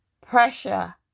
Pressure